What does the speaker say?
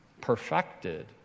perfected